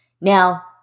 Now